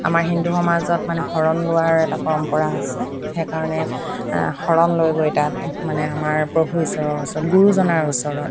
আমাৰ হিন্দু সমাজত মানে শৰণ লোৱাৰ এটা পৰম্পৰা আছে সেইকাৰণে শৰণ লৈ গৈ তাত মানে আমাৰ প্ৰভু ঈশ্বৰৰ ওচৰত গুৰুজনাৰ ওচৰত